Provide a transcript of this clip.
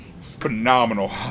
Phenomenal